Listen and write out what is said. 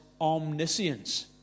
omniscience